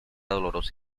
dolorosa